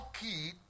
key